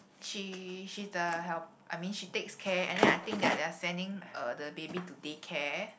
she she's the help I mean she takes care and then I think that they are sending uh the baby to day care